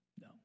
No